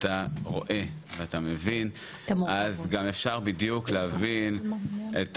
אתה רואה, ואתה מבין, אז גם אפשר בדיוק להבין את